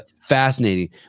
fascinating